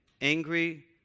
angry